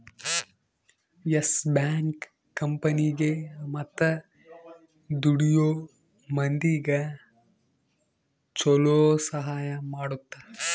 S bank ಕಂಪನಿಗೇ ಮತ್ತ ದುಡಿಯೋ ಮಂದಿಗ ಚೊಲೊ ಸಹಾಯ ಮಾಡುತ್ತ